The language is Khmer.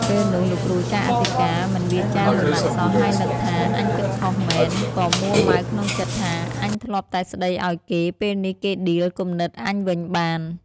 ពេលនោះ លោកគ្រូចៅអធិការមិនវាចាមួយម៉ាត់សោះ ហើយនឹកថា "អញគិតខុសមែន" ក៏មួម៉ៅក្នុងចិត្តថា "អញធ្លាប់តែស្តីឲ្យគេ ពេលនេះគេដៀលគំនិតអញវិញបាន"។